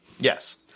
Yes